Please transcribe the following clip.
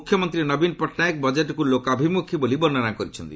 ମୁଖ୍ୟମନ୍ତ୍ରୀ ନବୀନ ପଟ୍ଟନାୟକ ବଜେଟ୍କୁ ଲୋକାଭିମୁଖୀ ବୋଲି ବର୍ଣ୍ଣନା କରିଛନ୍ତି